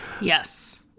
Yes